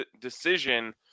decision